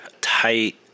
tight